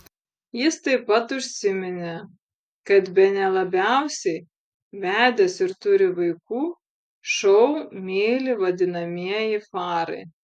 jis taip pat užsiminė kad bene labiausiai vedęs ir turi vaikų šou myli vadinamieji farai